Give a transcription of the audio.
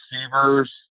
receivers –